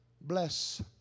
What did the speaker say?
bless